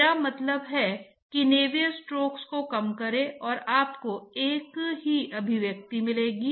Reynolds संख्या तक प्रवाह लामिना क्या है